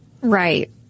Right